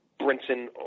Brinson